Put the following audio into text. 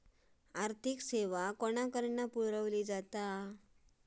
आर्थिक सेवा कोणाकडन पुरविली जाता?